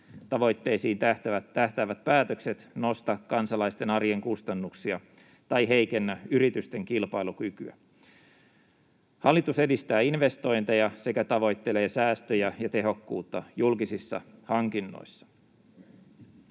tähtäävät päätökset nosta kansalaisten arjen kustannuksia tai heikennä yritysten kilpailukykyä. Hallitus edistää investointeja sekä tavoittelee säästöjä ja tehokkuutta julkisissa hankinnoissa.